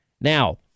now